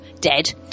dead